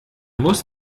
muss